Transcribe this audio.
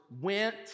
went